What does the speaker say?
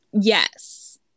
Yes